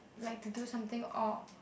like to do something or